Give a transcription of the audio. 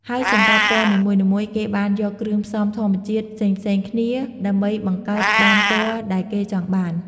ហើយសម្រាប់ពណ៌នីមួយៗ គេបានយកគ្រឿងផ្សំធម្មជាតិផ្សេងៗគ្នា ដើម្បីបង្កើតបានពណ៌ដែលគេចង់បាន ។